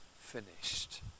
finished